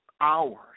hours